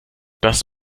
das